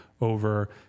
over